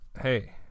Hey